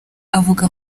avuga